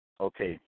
okay